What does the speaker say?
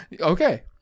Okay